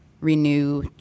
Renew